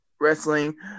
Wrestling